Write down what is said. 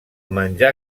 menjar